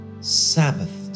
Sabbath